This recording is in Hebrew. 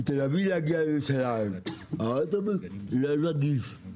ומתל אביב להגיע לירושלים, האוטובוס לא נגיש.